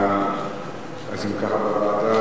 אם כך, בוועדה